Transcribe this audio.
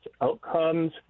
outcomes